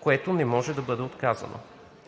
което не може да бъде отказано.